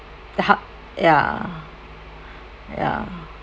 the ha~ ya ya